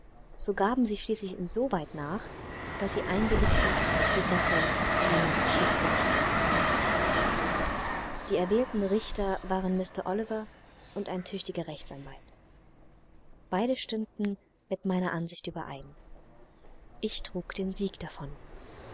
so gaben sie schließlich insoweit nach daß sie einwilligten die sache einem schiedsgericht zu unterbreiten die erwählten richter waren mr oliver und ein tüchtiger rechtsanwalt beide stimmten mit meiner ansicht überein ich trug den sieg davon